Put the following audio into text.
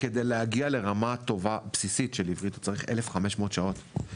כדי להגיע לרמה טובה ובסיסית של עברית הוא צריך 1,500 שעות,